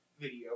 video